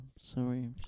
sorry